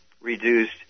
reduced